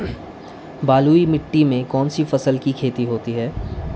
बलुई मिट्टी में कौनसी फसल की खेती होती है?